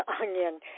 onion